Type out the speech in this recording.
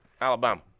Alabama